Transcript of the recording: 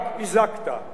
ואתה רק הרסת.